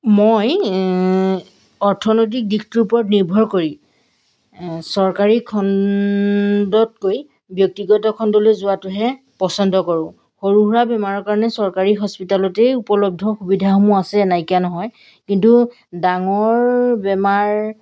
মই অৰ্থনৈতিক দিশটোৰ ওপৰত নিৰ্ভৰ কৰি চৰকাৰী খণ্ডতকৈ ব্যক্তিগত খণ্ডলৈ যোৱাটোহে পছন্দ কৰোঁ সৰু সুৰা বেমাৰৰ কাৰণে চৰকাৰী হস্পিটেলতেই উপলব্ধ সুবিধাসমূহ আছে নাইকিয়া নহয় কিন্তু ডাঙৰ বেমাৰ